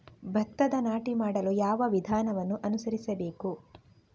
ಭತ್ತದ ನಾಟಿ ಮಾಡಲು ಯಾವ ವಿಧಾನವನ್ನು ಅನುಸರಿಸಬೇಕು?